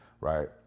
right